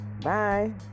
Bye